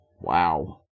Wow